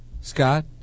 Scott